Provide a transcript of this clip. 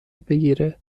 بگیره